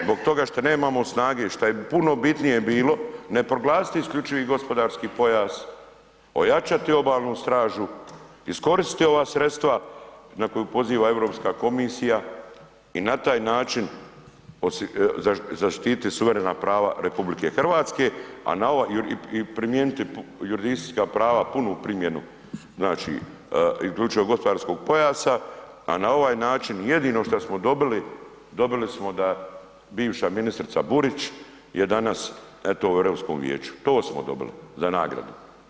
Zbog toga što nemamo snage i šta je puno bitnije bilo ne proglasiti isključivi gospodarski pojas, ojačati Obalnu stražu, iskoristiti ova sredstva na koje poziva Europska komisija i na taj način zaštititi suverena prava RH i primijeniti jurisdikcijska prava, punu primjenu isključivog gospodarskog pojasa a na ovaj način jedino šta smo dobili, dobili smo da bivša ministra Burić je danas eto u Europskom vijeću, to smo dobili za nagradu.